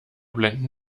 blenden